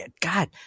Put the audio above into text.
God